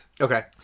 Okay